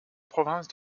province